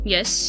Yes